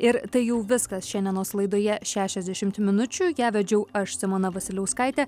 ir tai jau viskas šiandienos laidoje šešiasdešimt minučių ją vedžiau aš simona vasiliauskaitė